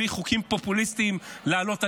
להביא עוד חוקים פופוליסטיים להעלות ענישה,